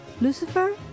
Lucifer